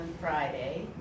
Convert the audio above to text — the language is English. Friday